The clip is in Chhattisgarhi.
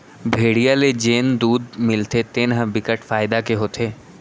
भेड़िया ले जेन दूद मिलथे तेन ह बिकट फायदा के होथे